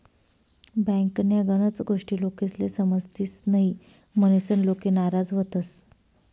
बँकन्या गनच गोष्टी लोकेस्ले समजतीस न्हयी, म्हनीसन लोके नाराज व्हतंस